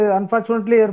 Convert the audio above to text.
Unfortunately